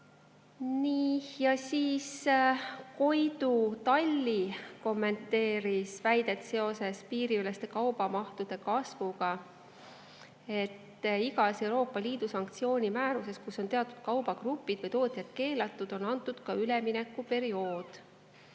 Koidu Talli kommenteeris väidet seoses piiriüleste kaubamahtude kasvuga, et igas Euroopa Liidu sanktsiooni määruses, kus on teatud kaubagrupid või tootjad keelatud, on antud ka üleminekuperiood.